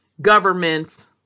governments